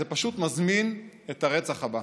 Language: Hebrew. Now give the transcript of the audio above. זה פשוט מזמין את הרצח הבא.